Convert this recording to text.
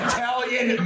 Italian